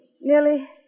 nearly